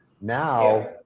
Now